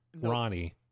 ronnie